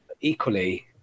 Equally